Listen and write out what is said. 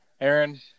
Aaron